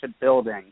building